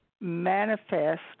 manifest